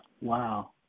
Wow